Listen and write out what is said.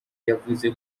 yavuze